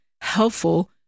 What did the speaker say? helpful